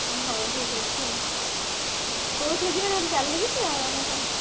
ହଉ ଠିକ୍ ଅଛି ଆଉ କେଉଁଥିରେ ଯିବା ଚାଲିକି ଯିବା ନା କ'ଣ